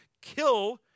kill